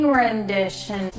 rendition